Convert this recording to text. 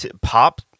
pop